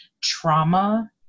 trauma